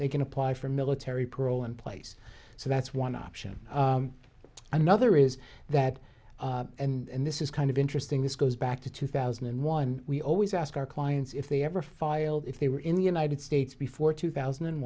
they can apply for military parole in place so that's one option another is that and this is kind of interesting this goes back to two thousand and one we always ask our clients if they ever filed if they were in the united states before two thousand and